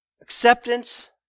Acceptance